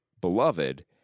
beloved